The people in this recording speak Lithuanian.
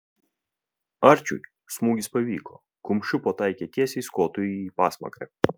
arčiui smūgis pavyko kumščiu pataikė tiesiai skotui į pasmakrę